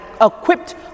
equipped